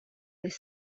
this